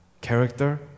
character